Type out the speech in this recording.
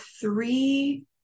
three